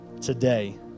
today